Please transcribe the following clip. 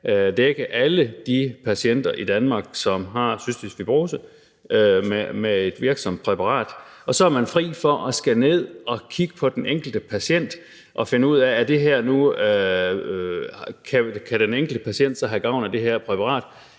dække alle de patienter i Danmark, som har cystisk fibrose, med et virksomt præparat. Så er man fri for at skulle kigge på den enkelte patient og finde ud af, om det præparat har effekt på den enkelte